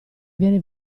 viene